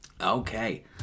Okay